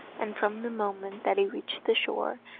and from the moment that he reached the shore,